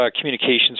Communications